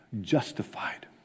justified